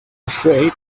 afraid